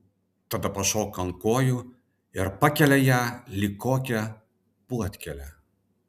tada pašoka ant kojų ir pakelia ją lyg kokią puodkėlę